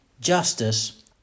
justice